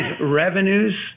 revenues